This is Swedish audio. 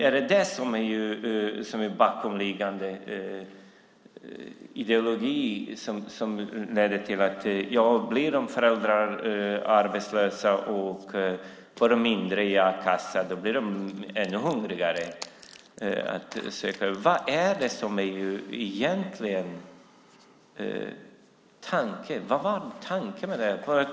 Är det den bakomliggande ideologin, att om föräldrar blir arbetslösa och får mindre i a-kassa blir de ännu hungrigare? Vad var tanken med detta?